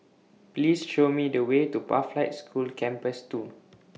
Please Show Me The Way to Pathlight School Campus two